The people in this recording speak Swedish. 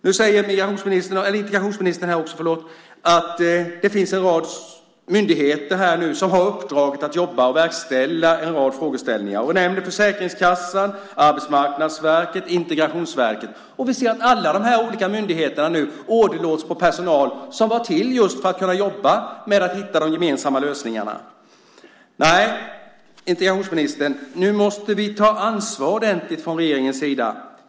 Nu säger integrationsministern att det finns en rad myndigheter som har uppdraget att jobba och verkställa en rad frågeställningar. Hon nämnde Försäkringskassan, Arbetsmarknadsverket och Integrationsverket. Vi ser att alla de här olika myndigheterna nu åderlåts på personal, som var till just för att man skulle kunna jobba med att hitta de gemensamma lösningarna. Nej, integrationsministern, nu måste ni ta ansvar ordentligt från regeringens sida.